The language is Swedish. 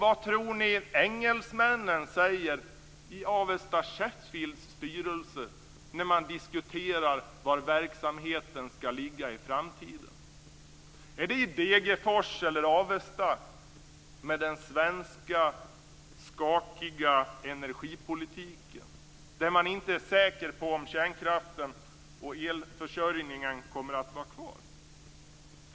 Vad tror ni engelsmännen säger i Avesta Sheffields styrelse när man diskuterar var verksamheten skall ligga i framtiden? Är det i Degerfors eller Avesta, med den svenska skakiga energipolitiken, där man inte är säker på om kärnkraften och elförsörjningen kommer att vara kvar?